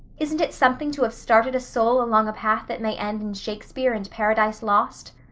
isn't it something to have started a soul along a path that may end in shakespeare and paradise lost?